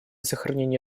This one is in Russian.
сохранения